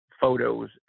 photos